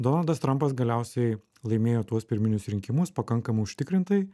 donaldas trampas galiausiai laimėjo tuos pirminius rinkimus pakankamai užtikrintai